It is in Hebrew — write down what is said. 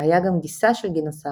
שהיה גם גיסה של גינוסר,